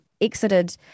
exited